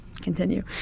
continue